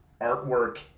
artwork